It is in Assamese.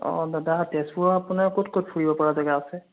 অঁ দাদা তেজপুৰৰ আপোনাৰ ক'ত ক'ত ফুৰিব পৰা জেগা আছে